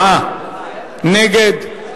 64 נגד,